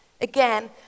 Again